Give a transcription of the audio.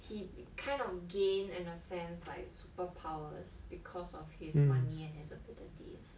he kind of gain in a sense like superpowers because of his money and his abilities